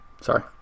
Sorry